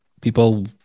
people